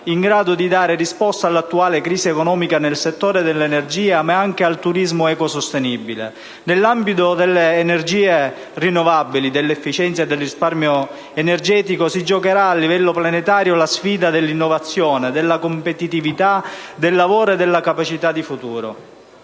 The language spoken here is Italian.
in grado di dare risposte all'attuale crisi economica nel settore dell'energia, ma anche del turismo ecosostenibile. Nell'ambito delle energie rinnovabili, dell'efficienza e del risparmio energetico, si giocherà, a livello planetario, la sfida dell'innovazione, della competitività, del lavoro e della capacità di futuro.